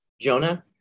Jonah